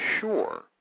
sure